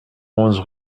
onze